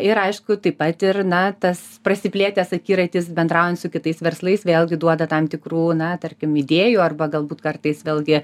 ir aišku taip pat ir na tas prasiplėtęs akiratis bendraujant su kitais verslais vėlgi duoda tam tikrų na tarkim idėjų arba galbūt kartais vėlgi